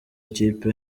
ikipe